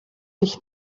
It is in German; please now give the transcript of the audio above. dich